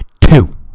Two